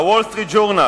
ה"וול סטריט ז'ורנל"